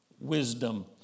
wisdom